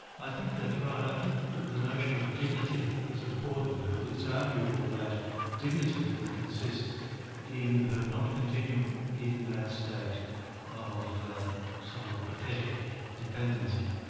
i think that's right, i think the the notion of dignity is important here. it's arguable that dignity would consist in her not continuing in that state of somewhat pathetic dependency.